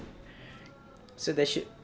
so that's it